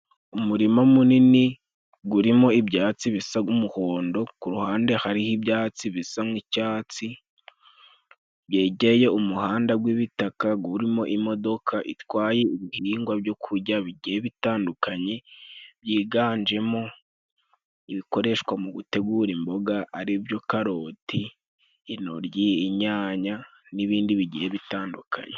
Umurima munini gurimo ibyatsi bisaga umuhondo ku ruhande hariho ibyatsi bisa nk'icatsi ,byegeye umuhanda gw'ibitaka gurimo imodoka itwaye ibihingwa byo kujya bitandukanye byiganjemo ibikoreshwa mu gutegura imboga ari byo karoti, intoryi, inyanya n'ibindi bigiye bitandukanye.